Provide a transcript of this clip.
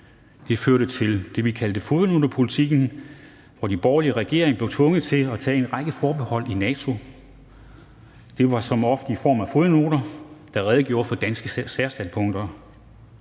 Det førte til det, vi kaldte fodnotepolitikken, hvor den borgerlige regering blev tvunget til at tage en række forbehold i NATO. Det var som oftest i form af fodnoter, der redegjorde for danske særstandpunkter.